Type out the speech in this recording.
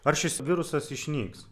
ar šis virusas išnyks